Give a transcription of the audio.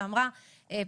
ופרופ'